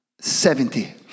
Seventy